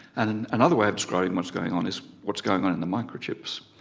and another way of describing what's going on is what's going on in the microchips.